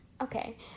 Okay